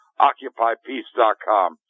OccupyPeace.com